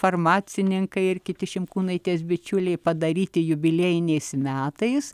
farmacininkai ir kiti šimkūnaitės bičiuliai padaryti jubiliejiniais metais